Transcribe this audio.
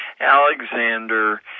Alexander